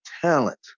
talent